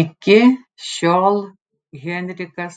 iki šiol henrikas